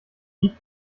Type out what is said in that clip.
lied